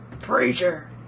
Preacher